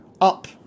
up